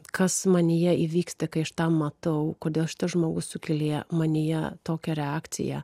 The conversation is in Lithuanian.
kas manyje įvyksta kai aš tą matau kodėl šitas žmogus sukėlė manyje tokią reakciją